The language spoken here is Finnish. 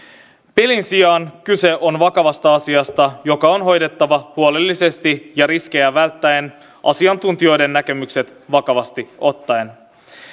pelin sijaan kyse on vakavasta asiasta joka on hoidettava huolellisesti ja riskejä välttäen asiantuntijoiden näkemykset vakavasti ottaen